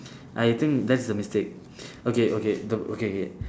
I think that's the mistake okay okay the okay okay